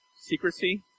secrecy